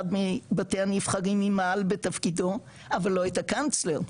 מבתי הנבחרים אם מעל בתפקידו אבל לא את הקנצלר,